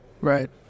right